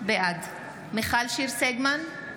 בעד מיכל שיר סגמן,